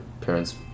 parents